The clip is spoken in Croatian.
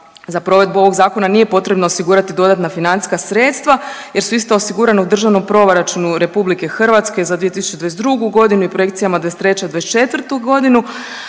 za provedbu ovog zakona nije potrebno osigurati dodatna financijska sredstva jer su ista osigurana u Državnom proračunu RH za 2022.g. i projekcijama '23., '24.g.